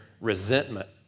resentment